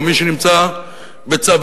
או מי שנמצא בצוואתו.